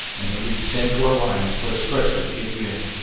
and then we can send to our lines for a stretcher to get you in.